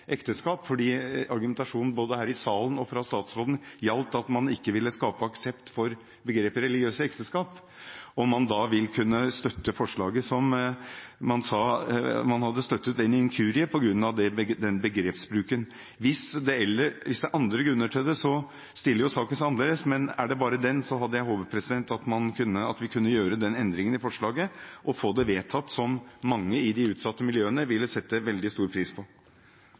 ekteskap» med ordene «utenomrettslige ekteskap», for argumentasjonen her i salen og fra statsråden gjaldt at man ikke ville skape aksept for begrepet «religiøse ekteskap», om man da vil kunne støtte forslaget, som man sa man hadde støttet ved en inkurie på grunn av begrepsbruken. Hvis det er andre grunner til det, stiller jo saken seg annerledes, men er det bare det, hadde jeg håpet at vi kunne gjøre den endringen i forslaget og få det vedtatt, som mange i de utsatte miljøene ville sette veldig stor pris på.